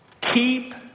keep